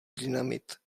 dynamit